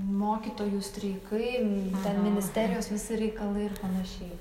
mokytojų streikai m ten ministerijos visi reikalai ir panašiai